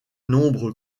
nombres